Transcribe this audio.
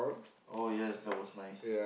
oh yes that was nice